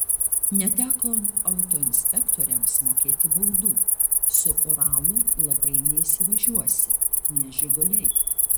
neteko autoinspektoriams mokėti baudų su uralu labai neįsivažiuosi ne žiguliai